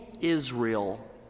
Israel